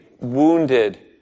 wounded